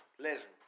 listen